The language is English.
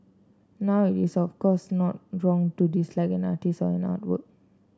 now it is of course not wrong to dislike an artist or an artwork